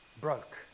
broke